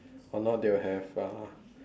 or not they will have uh